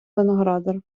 виноградар